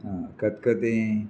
आ खतखतें